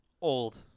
Old